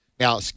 Now